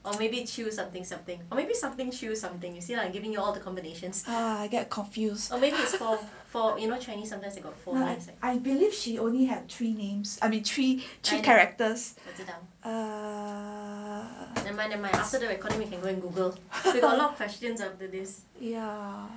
ah get confused I believe she only had three names of me three two characters them err ya